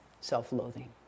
self-loathing